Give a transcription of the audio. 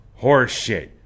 Horseshit